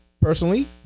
personally